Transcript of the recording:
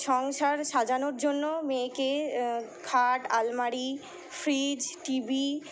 সংসার সাজানোর জন্য মেয়েকে খাট আলমারি ফ্রিজ টি ভি